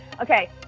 okay